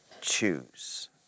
Choose